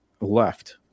left